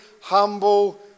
humble